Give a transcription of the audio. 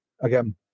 Again